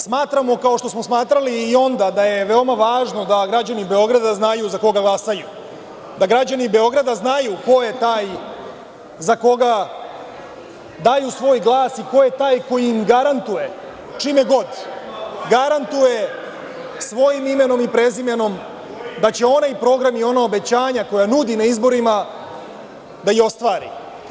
Smatramo, kao što smo smatrali i onda, da je veoma važno da građani Beograda znaju za koga glasaju, da građani Beograda znaju ko je taj za koga daju svoj glas i ko je taj ko im garantuje, čime god, garantuje svojim imenom i prezimenom da će onaj program i ona obećanja koja nudi na izborima da i ostvari.